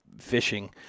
fishing